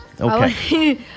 Okay